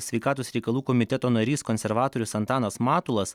sveikatos reikalų komiteto narys konservatorius antanas matulas